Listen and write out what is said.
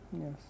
Yes